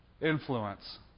influence